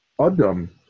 Adam